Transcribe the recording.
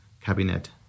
cabinet